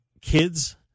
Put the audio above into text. kids